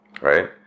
right